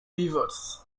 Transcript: rivers